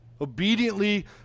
Obediently